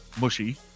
mushy